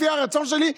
לפי הרצון שלי,